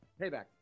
Payback